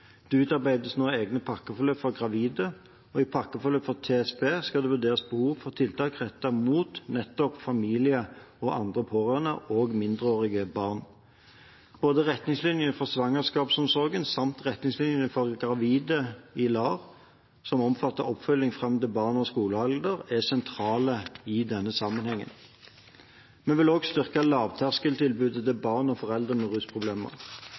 Det utarbeides nå egne pakkeforløp for gravide, og i pakkeforløpet for TSB, tverrfaglig spesialisert rusbehandling, skal behovet for tiltak rettet mot nettopp familie og andre pårørende, også mindreårige barn, vurderes. Både retningslinjene for svangerskapsomsorgen og retningslinjene for gravide i LAR, som omfatter oppfølging fram til barna når skolealder, er sentrale i denne sammenhengen. Vi vil også styrke lavterskeltilbudet til barn og foreldre med rusproblemer.